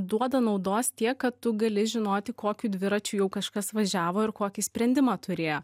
duoda naudos tiek kad tu gali žinoti kokiu dviračiu jau kažkas važiavo ir kokį sprendimą turėjo